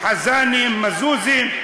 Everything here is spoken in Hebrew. חזנים, מזוזים,